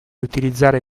utilizzare